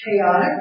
chaotic